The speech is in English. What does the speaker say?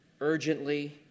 urgently